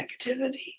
negativity